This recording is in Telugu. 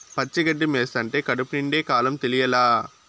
పచ్చి గడ్డి మేస్తంటే కడుపు నిండే కాలం తెలియలా